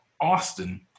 Austin